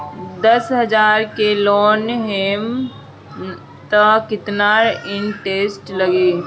दस हजार के लोन लेहम त कितना इनट्रेस कटी?